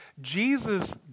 Jesus